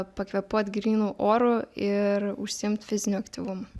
pakvėpuot grynu oru ir užsiimt fiziniu aktyvumu